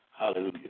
Hallelujah